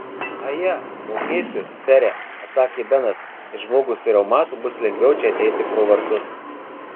aje mokėsiu sere atsakė benas ir žmogui su reumatu bus lengviau čia ateiti pro vartus